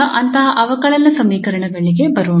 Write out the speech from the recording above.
ಆದ್ದರಿಂದ ಅಂತಹ ಅವಕಲನ ಸಮೀಕರಣಗಳಿಗೆ ಬರೋಣ